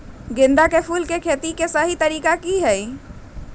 गेंदा के फूल के खेती के सही तरीका का हाई?